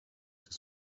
des